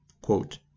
Quote